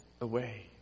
away